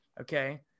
okay